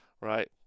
right